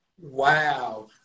Wow